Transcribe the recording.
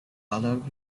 allow